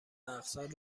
اقساط